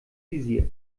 visier